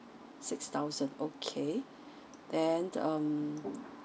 six thousand okay then um